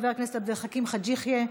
חבר הכנסת עבד אל חכים חאג' יחיא,